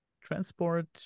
transport